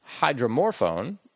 Hydromorphone